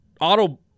auto